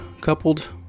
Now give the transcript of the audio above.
coupled